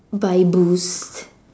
buy boost